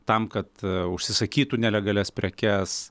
tam kad užsisakytų nelegalias prekes